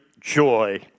joy